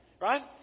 Right